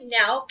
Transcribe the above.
now